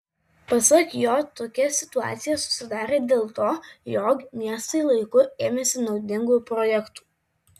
pasak jo tokia situacija susidarė dėl to jog miestai laiku ėmėsi naudingų projektų